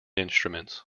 instruments